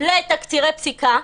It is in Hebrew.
לתקצירי פסיקה,